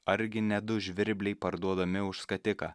argi ne du žvirbliai parduodami už skatiką